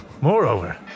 Moreover